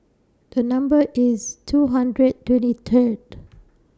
The Number IS two hundred twenty Third